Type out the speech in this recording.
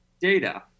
Data